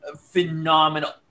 phenomenal